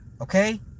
Okay